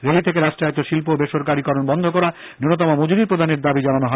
rally থেকে রাষ্ট্রায়ত্ব শিল্প বেসরকারিকরণ বন্ধ করা নূন্যতম মজুরি প্রদানের দাবি জানানো হয়